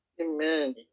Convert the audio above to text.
Amen